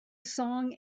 song